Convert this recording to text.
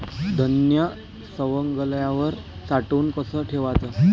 धान्य सवंगल्यावर साठवून कस ठेवाच?